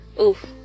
Oof